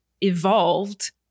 evolved